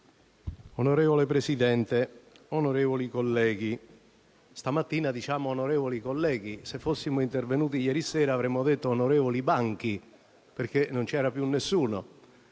Signora Presidente, onorevoli colleghi, stamattina diciamo «onorevoli colleghi», se fossimo intervenuti ieri sera avremmo detto «onorevoli banchi», perché non c'era più nessuno.